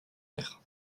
mer